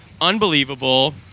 Unbelievable